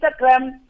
instagram